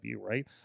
right